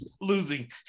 losing